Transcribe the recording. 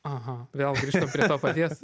aha vėl grįžtam prie to paties